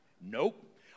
Nope